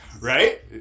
Right